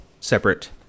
separate